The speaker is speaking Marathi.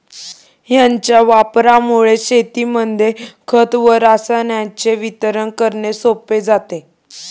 याच्या वापरामुळे शेतांमध्ये खत व रसायनांचे वितरण करणे सोपे जाते